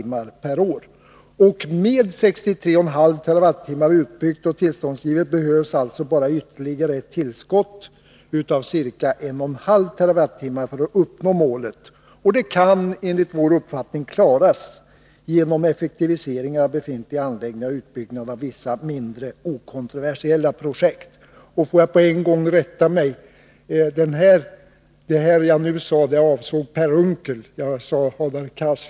Med en utbyggnad till 63,5 TWh och med tillstånd givna härför behövs bara ytterligare tillskott på ca 1,5 TWh för att uppnå målet. Det kan enligt vår uppfattning klaras genom effektivisering av befintliga anläggningar och utbyggnad av vissa mindre okontroversiella projekt. Får jag på en gång göra en rättelse. Det jag nu sade avsåg Per Unckels inlägg. Jag sade Hadar Cars.